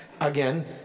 Again